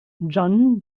john